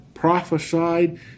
prophesied